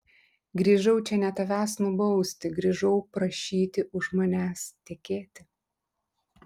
grįžau čia ne tavęs nubausti grįžau prašyti už manęs tekėti